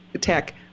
tech